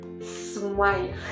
smile